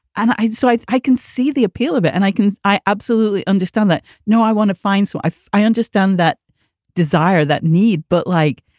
so i i can see the appeal of it. and i can i absolutely understand that. no, i want to find so i i understand that desire, that need. but like,